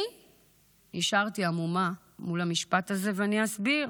אני נשארתי המומה מול המשפט הזה, ואני אסביר: